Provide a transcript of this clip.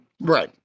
Right